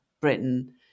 Britain